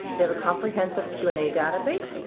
they have a comprehensive q and a database.